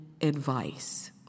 advice